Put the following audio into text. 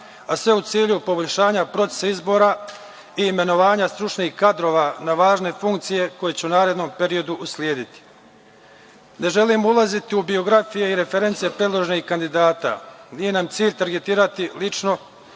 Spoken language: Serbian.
a sve u cilju poboljšanja procesa izbora i imenovanja stručnih kadrova na važne funkcije koje će u narednom periodu uslediti. Ne želim ulaziti u biografije i reference predloženih kandidata, nije nam cilj tangetirati